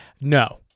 No